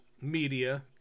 media